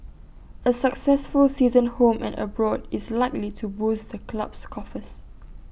A successful season home and abroad is likely to boost the club's coffers